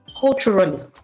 Culturally